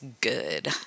good